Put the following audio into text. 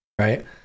right